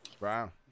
Wow